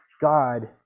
God